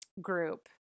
group